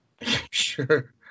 Sure